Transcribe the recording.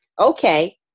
okay